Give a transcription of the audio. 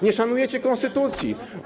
Nie szanujecie konstytucji.